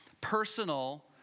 personal